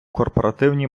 корпоративні